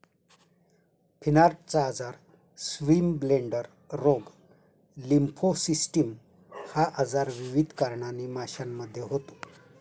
फिनार्टचा आजार, स्विमब्लेडर रोग, लिम्फोसिस्टिस हा आजार विविध कारणांनी माशांमध्ये होतो